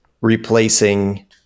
replacing